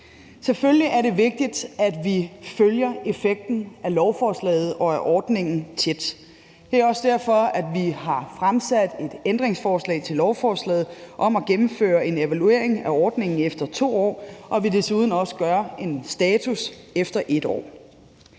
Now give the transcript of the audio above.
Selvfølgelig er det vigtigt, at vi følger effekten af lovforslaget og ordningen tæt. Det er også derfor, at vi har stillet et ændringsforslag til lovforslaget om at gennemføre en evaluering af ordningen efter 2 år, og vi vil desuden også gøre status efter 1 år.